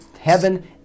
heaven